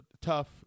tough